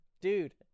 dude